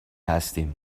هستیم